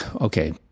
Okay